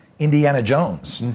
indiana jones.